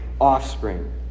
offspring